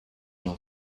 noch